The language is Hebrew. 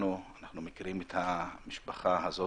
כולנו מכירים את המשפחה הזו.